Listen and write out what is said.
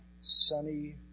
sunny